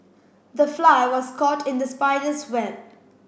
the fly was caught in the spider's web